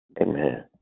Amen